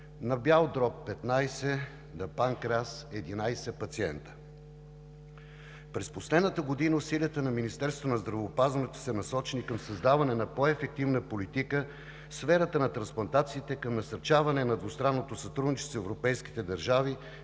на бял дроб – 15; на панкреас – 11 пациенти. През последната година усилията на Министерството на здравеопазването са насочени към създаване на по-ефективна политика в сферата на трансплантациите към насърчаване на двустранното сътрудничество с европейските държави,